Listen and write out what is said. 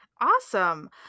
Awesome